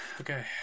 Okay